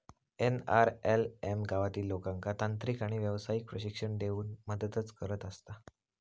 NRLM गावातील लोकांका तांत्रिक आणि व्यावसायिक प्रशिक्षण देऊन मदतच करत असता